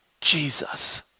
Jesus